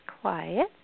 quiet